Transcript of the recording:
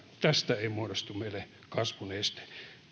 tästä ei muodostu meille kasvun este